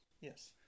Yes